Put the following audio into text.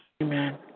Amen